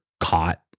caught